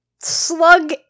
Slug